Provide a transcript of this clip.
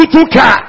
Tutuka